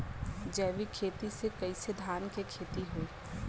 जैविक खेती से कईसे धान क खेती होई?